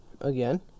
again